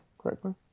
correctly